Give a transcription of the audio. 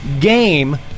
game